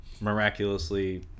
miraculously